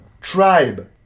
tribe